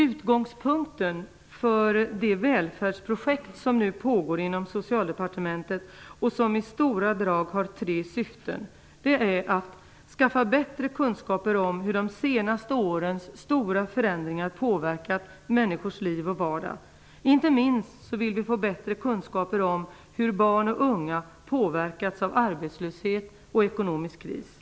Utgångspunkten för det välfärdsprojekt som nu pågår inom Socialdepartementet, och som i stora drag har tre syften, är att skaffa bättre kunskaper om hur de senaste årens stora förändringar påverkat människors liv och vardag. Det gäller inte minst att få bättre kunskaper om hur barn och unga påverkats av arbetslöshet och ekonomisk kris.